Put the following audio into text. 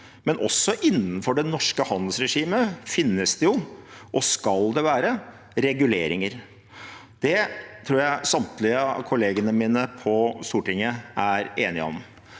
men også innenfor det norske handelsregimet finnes det – og skal det være – reguleringer. Det tror jeg samtlige av kollegene mine på Stortinget er enig i.